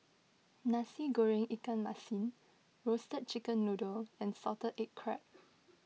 Nasi Goreng Ikan Masin Roasted Chicken Noodle and Salted Egg Crab